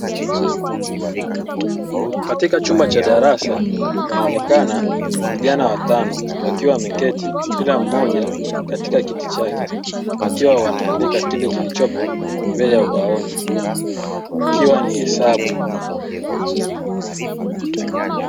Katika chumba cha darasa wanaonekana vijana watano wakiwa wameketi kila mmoja katika kiti chake wakiwa wanaandika kile kilichopo mbele ya ubaoni ikiwa ni hesabu.